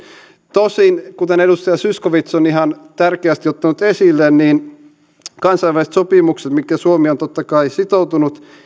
tosin kuten edustaja zyskowicz on ihan tärkeästi ottanut esille kansainväliset sopimukset mihin suomi on totta kai sitoutunut